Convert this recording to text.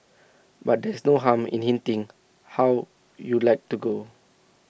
but there's no harm in hinting how you'd like to go